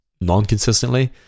non-consistently